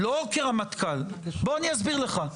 לא כרמטכ"ל, אני אסביר לך.